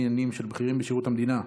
עניינים של בכירים בשירות המדינה,